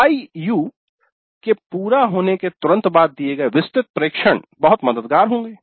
IU के पूरा होने के तुरंत बाद दिए गए विस्तृत प्रेक्षण बहुत मददगार होंगे